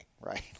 right